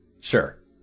Sure